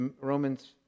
Romans